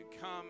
come